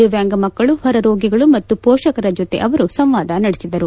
ದಿವ್ನಾಂಗ ಮಕ್ಕಳು ಹೊರರೋಗಿಗಳು ಮತ್ತು ಪೋಷಕರ ಜೊತೆ ಅವರು ಸಂವಾದ ನಡೆಸಿದರು